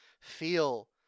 feel